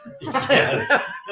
Yes